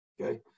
okay